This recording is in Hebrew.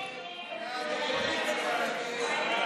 הצעת סיעות יש עתיד-תל"ם